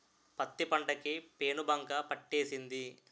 పత్తి పంట కి పేనుబంక పట్టేసింది